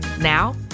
Now